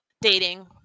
dating